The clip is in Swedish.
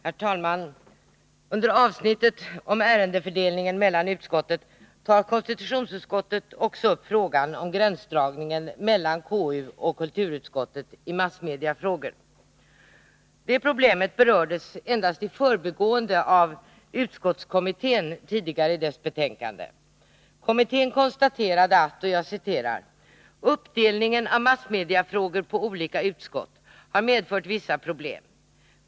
Herr talman! Under avsnittet om ärendefördelningen mellan utskotten tar konstitutionsutskottet också upp frågan om gränsdragningen mellan KU och kulturutskottet i massmediefrågor. Detta problem berördes endast i förbigående av utskottskommittén i dess betänkande. Kommittén konstaterade: ”Uppdelningen av massmediefrågor på olika utskott har medfört vissa problem.